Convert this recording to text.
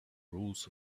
rules